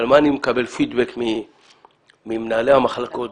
אבל על מה אני מקבל פידבק ממנהלי המחלקות?